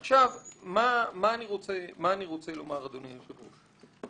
מה אני רוצה לומר, אדוני היושב ראש?